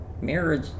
marriage